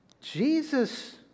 Jesus